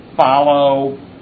follow